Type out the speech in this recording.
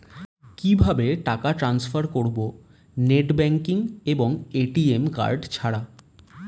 কিভাবে টাকা টান্সফার করব নেট ব্যাংকিং এবং এ.টি.এম কার্ড ছাড়া?